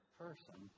person